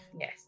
yes